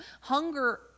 hunger